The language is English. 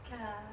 okay lah